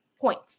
points